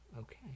okay